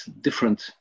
different